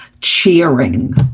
cheering